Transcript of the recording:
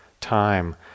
time